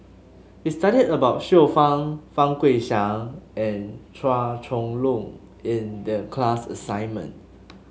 we studied about Xiu Fang Fang Guixiang and Chua Chong Long in the class assignment